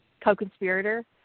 co-conspirator